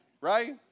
Right